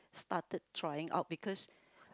started trying out because